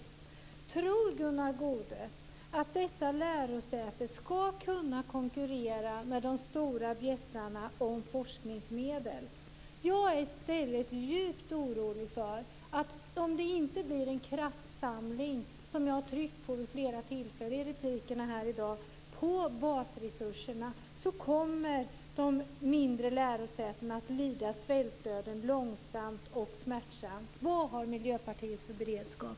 Tror Gunnar Goude att dessa lärosäten ska kunna konkurrera med de stora bjässarna om forskningsmedel? Jag är i stället djupt orolig för att om det inte blir en kraftsamling kring basresurserna så kommer de mindre lärosätena att lida svältdöden långsamt och smärtsamt. Detta har jag tryckt på vid flera tillfällen i replikerna här i dag. Vad har Miljöpartiet för beredskap?